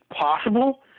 possible